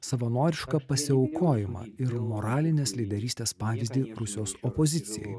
savanorišką pasiaukojimą ir moralinės lyderystės pavyzdį rusijos opozicijai